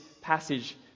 passage